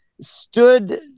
stood